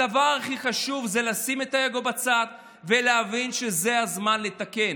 הדבר הכי חשוב זה לשים את האגו בצד ולהבין שזה הזמן לתקן,